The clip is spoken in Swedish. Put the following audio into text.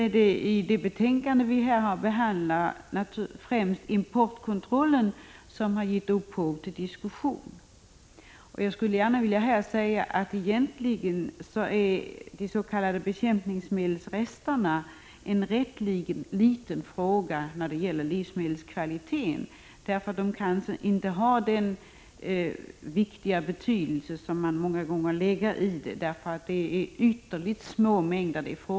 I det betänkande som vi nu behandlar är det främst importkontrollen som har gett upphov till diskussion. Egentligen är de s.k. bekämpningsmedelsresterna en ganska liten fråga vad gäller livsmedelskvaliteten. Dessa rester har inte den stora betydelse som man många gånger tror att de har. Det är nämligen fråga om ytterligt små mängder.